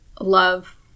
love